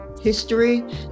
history